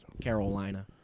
Carolina